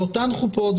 באותן חופות,